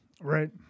Right